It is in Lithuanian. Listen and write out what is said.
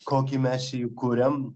kokį mes čia jį kuriam